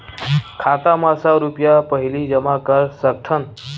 खाता मा सौ रुपिया पहिली जमा कर सकथन?